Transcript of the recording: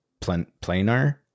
planar